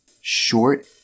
short